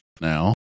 now